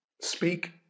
Speak